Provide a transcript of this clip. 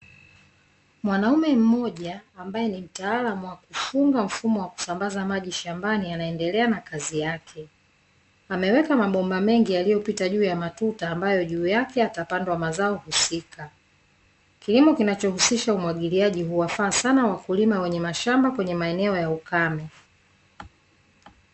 Mwanamume mmoja ambaye ni mtaalamu wa kufunga mfumo wa kusambaza maji shambani anaendelea na kazi yake. Ameweka mabomba mengi yaliyopita juu ya matuta, ambayo juu yake atapandwa mazao husika. Kilimo kinachohusisha umwagiliaji huwafaa sana wakulima wenye mashamba kwenye maeneo ya ukame.